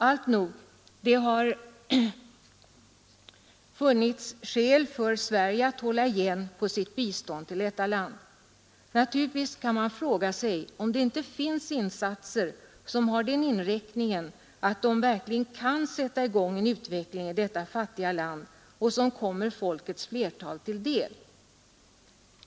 Allt nog, det har funnits skäl för Sverige att hålla igen på sitt bistånd till detta land. Man kan naturligtvis fråga om det då inte finns några insatser som har den inriktningen att de verkligen kan sätta i gång utvecklingen i detta fattiga land och som kommer folkets flertal till del.